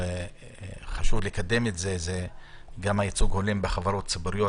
וחשוב לקדם אותה היא גם ייצוג הולם בחברות ציבוריות